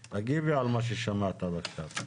תגיבי על מה ששמעת עד עכשיו.